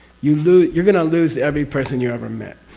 you lose, you're going to lose every person you ever met,